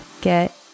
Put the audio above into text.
get